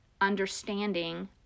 understanding